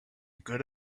good